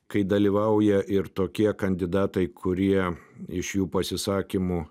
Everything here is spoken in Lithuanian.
kai dalyvauja ir tokie kandidatai kurie iš jų pasisakymų